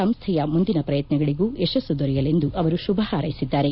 ಸಂಸ್ಥೆಯ ಮುಂದಿನ ಪ್ರಯತ್ನಗಳಿಗೂ ಯಶಸ್ಸು ದೊರೆಯಲೆಂದು ಅವರು ಶುಭ ಹಾರ್ೈಸಿದ್ದಾರೆ